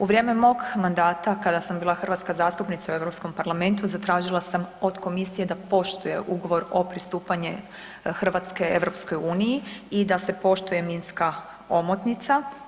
U vrijeme mog mandata kada sam bila hrvatska zastupnica u Europskom parlamentu zatražila sam od Komisije da poštuje Ugovor o pristupanju Hrvatske EU i da se poštuje minska omotnica.